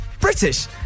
British